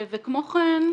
וכמו כן,